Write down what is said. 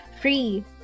free